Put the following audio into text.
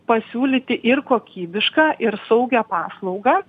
pasiūlyti ir kokybišką ir saugią paslaugą